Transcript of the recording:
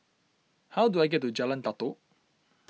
how do I get to Jalan Datoh